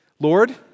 Lord